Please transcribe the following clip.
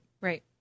Right